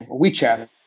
WeChat